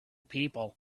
people